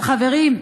אבל, חברים,